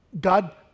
God